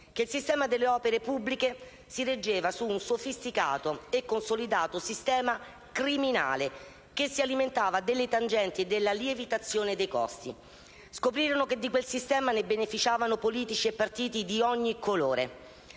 che il sistema delle opere pubbliche si reggeva su un sofisticato e consolidato sistema criminale, che si alimentava delle tangenti e della lievitazione dei costi. Scoprirono che di quel sistema ne beneficiavano politici e partiti di ogni colore.